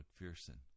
McPherson